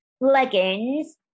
leggings